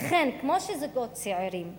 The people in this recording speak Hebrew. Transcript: וכן, כמו שזוגות צעירים בתל-אביב,